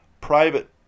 private